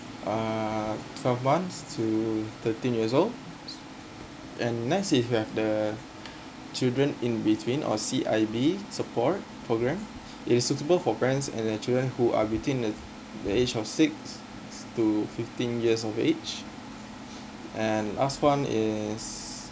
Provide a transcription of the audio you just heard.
uh from once to thirteen years old and next is who have the children in between or C_I_B support program it is suitable for parents and their children who are within the the age of six to fifteen years of age and lastly one is